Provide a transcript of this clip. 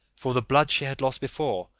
for the blood she had lost before,